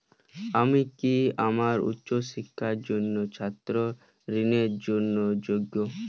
আমি কি আমার উচ্চ শিক্ষার জন্য ছাত্র ঋণের জন্য যোগ্য?